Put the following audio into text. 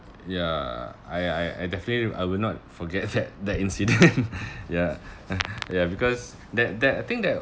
ya I I I definitely I will not forget that that incident ya ya because that that I think that